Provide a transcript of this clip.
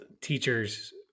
teachers